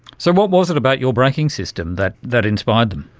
so what was it about your braking system that that inspired them?